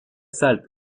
salt